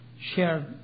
shared